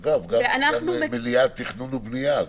אגב, גם מליאת תכנון ובנייה.